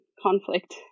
conflict